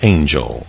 Angel